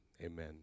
Amen